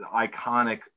iconic